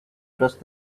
trust